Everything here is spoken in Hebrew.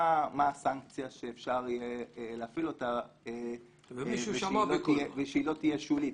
מה הסנקציה שאפשר יהיה להפעיל אותה ושהיא לא תהיה שולית.